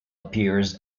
appears